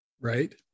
Right